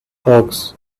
hawks